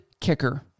kicker